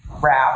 wrap